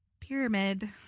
pyramid